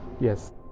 Yes